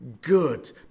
good